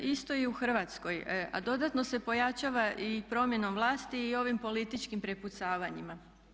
Isto je i u Hrvatskoj, a dodatno se pojačava i promjenom vlasti i ovim političkim prepucavanjima.